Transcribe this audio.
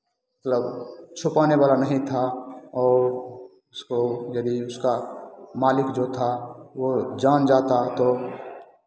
मतलब छुपाने वाला नहीं था और उसको यदि उसका मालिक जो था वो जान जाता तो